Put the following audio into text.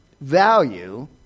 value